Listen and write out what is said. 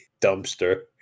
dumpster